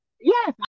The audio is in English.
Yes